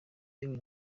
yewe